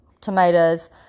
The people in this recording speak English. tomatoes